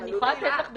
אני יכולה לתת לך דוגמה?